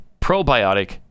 probiotic